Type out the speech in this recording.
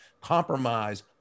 Compromise